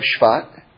Shvat